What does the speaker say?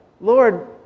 Lord